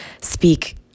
speak